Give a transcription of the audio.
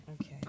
Okay